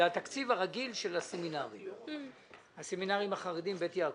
זה התקציב הרגיל של הסמינרים החרדים, בית יעקב.